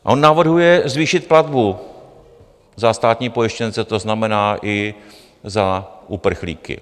On navrhuje zvýšit platbu za státní pojištěnce, to znamená i za uprchlíky.